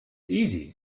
easy